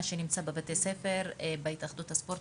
כיום בבתי הספר של התאחדות הספורט,